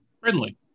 Friendly